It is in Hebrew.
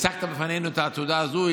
הצגת בפנינו את התעודה הזאת.